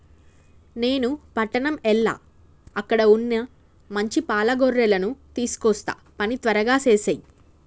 నాను పట్టణం ఎల్ల అక్కడ వున్న మంచి పాల గొర్రెలను తీసుకొస్తా పని త్వరగా సేసేయి